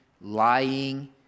lying